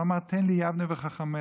הוא אמר: "תן לי יבנה וחכמיה",